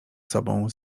sobą